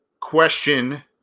question